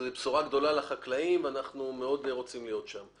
זוהי בשורה גדולה לחקלאים ואנחנו מאוד רוצים להיות שם.